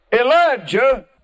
Elijah